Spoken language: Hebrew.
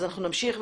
אנחנו נמשיך,